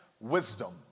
wisdom